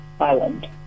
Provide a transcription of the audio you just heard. Island